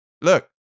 look